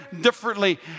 differently